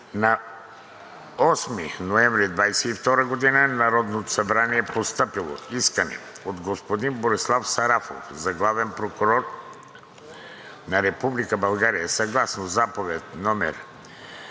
На 8 ноември 2022 г. в Народното събрание е постъпило искане от господин Борислав Сарафов – за Главен прокурор на Република България, съгласно Заповед №